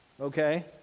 Okay